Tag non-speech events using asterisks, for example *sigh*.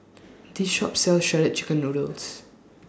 This Shop sells Shredded Chicken Noodles *noise*